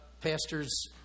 pastors